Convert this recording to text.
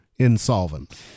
insolvent